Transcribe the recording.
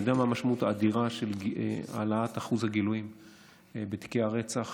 אני יודע מה המשמעות האדירה של העלאת אחוז הגילוי בתיקי הרצח